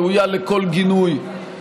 ראויה לכל גינוי,